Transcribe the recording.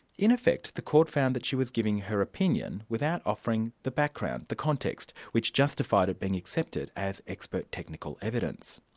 in effect, the court found that she was giving her opinion without offering the background, the context, which justified it being accepted as expert technical evidence.